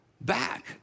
back